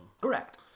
Correct